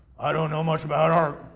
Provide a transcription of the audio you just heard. i don't know much about art,